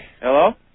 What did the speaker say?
Hello